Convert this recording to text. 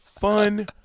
fun